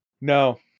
No